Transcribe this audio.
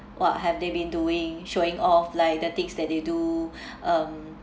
what have they been doing showing off like the things that they do um like